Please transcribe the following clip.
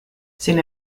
sin